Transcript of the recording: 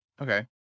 Okay